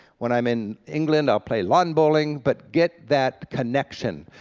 when i'm in england i'll play lawn bowling, but get that connection.